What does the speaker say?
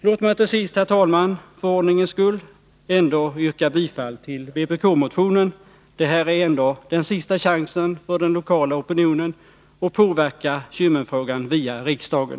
Låt mig till sist, herr talman, för ordningens skull yrka bifall till vpk-motionen. Det är ändå den sista chansen för den lokala opinionen att påverka Kymmenfrågan via riksdagen.